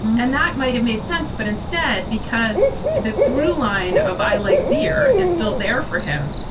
and that might have made sense but instead because the through line of i like beer is still there for him.